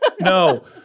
no